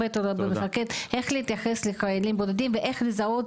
איך להתייחס לחיילים בודדים ואיך לזהות